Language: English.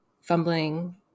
fumbling